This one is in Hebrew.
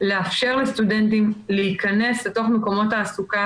לאפשר לסטודנטים להיכנס לתוך מקומות תעסוקה